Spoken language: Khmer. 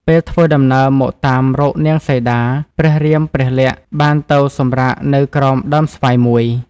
ពេលធ្វើដំណើរមកតាមរកនាងសីតា ព្រះរាមព្រះលក្សណ៍បានទៅសម្រាកនៅក្រោម ដើមស្វាយមួយ។